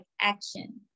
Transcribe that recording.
action